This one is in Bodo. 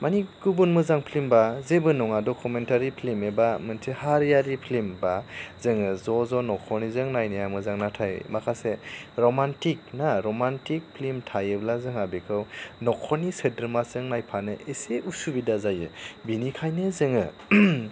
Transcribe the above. माने गुबुन मोजां फिल्मबा जेबो नङा दकुमेनतारि फिल्म एबा मोनसे हारियारि फिल्म बा जोङो ज' ज' नखरनिजों नायनाया मोजां नाथाय माखासे रमानटिक ना रमानटिक फिल्म थायोब्ला जोंहा बेखौ नखरनि सोद्रोमाजों नायफानो एसे उसुबिदा जायो बेनिखायनो जोङो